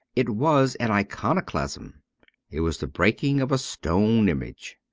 it was an iconoclasm it was the breaking of a stone image.